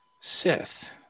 Sith